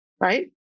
Right